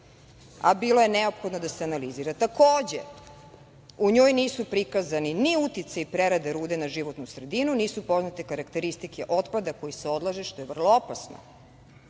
a bilo je neophodno da se analizira. Takođe, u njoj nisu prikazani ni uticaji prerade rude na životnu sredinu, nisu poznate karakteristike otpada koji se odlaže, što je vrlo opasno.